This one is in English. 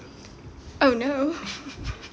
oh no